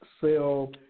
sell